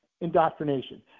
indoctrination